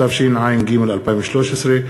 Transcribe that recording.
התשע"ג 2013,